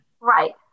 Right